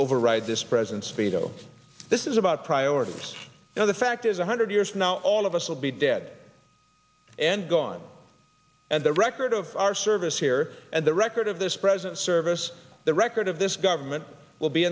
override this president speedo this is about priorities now the fact is one hundred years from now all of us will be dead and gone and the record of our service here and the record of this present service the record of this government will be